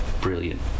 brilliant